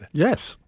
yes.